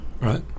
right